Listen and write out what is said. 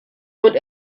und